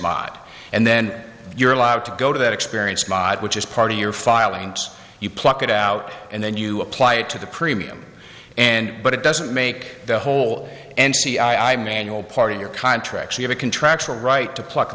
mot and then you're allowed to go to that experience ma which is part of your filings you pluck it out and then you apply it to the premium and but it doesn't make the whole n c i manual part of your contract you have a contractual right to plu